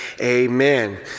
amen